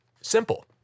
Simple